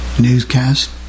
newscast